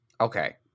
Okay